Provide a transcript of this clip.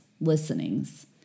listenings